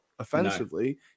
offensively